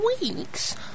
weeks